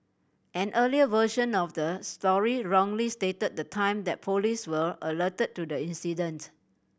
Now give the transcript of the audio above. an earlier version of the story wrongly stated the time that police were alerted to the incident